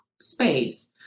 space